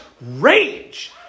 rage